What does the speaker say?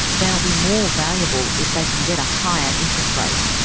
they'll be more valuable if they can get a higher interest rate.